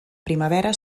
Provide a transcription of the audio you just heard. primavera